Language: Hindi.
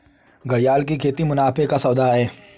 घड़ियाल की खेती मुनाफे का सौदा है